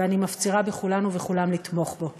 ואני מפצירה בכולם ובכולן לתמוך בו.